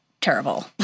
terrible